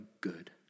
good